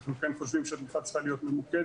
אנחנו כן חושבים שהתמיכה צריכה להיות ממוקדת,